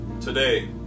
Today